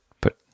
put